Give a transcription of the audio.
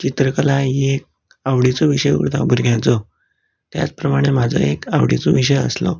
चित्रकला ही एक आवडीचो विशय उरता भुरग्यांचो त्याच प्रमाणे म्हाजो एक आवडीचो विशय आसलो